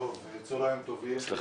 תודה